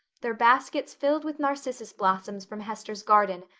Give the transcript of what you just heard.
their baskets filled with narcissus blossoms from hester's garden,